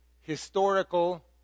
historical